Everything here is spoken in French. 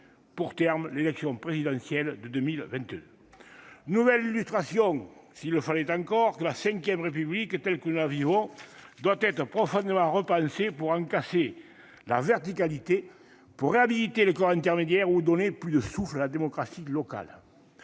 pour terme l'élection présidentielle de 2022. Nouvelle illustration, s'il le fallait encore, que la V République telle que nous la vivons doit être profondément repensée pour en casser la verticalité, pour réhabiliter les corps intermédiaires ou donner plus de souffle à la démocratie locale.